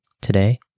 Today